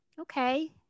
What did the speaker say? okay